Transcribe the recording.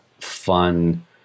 fun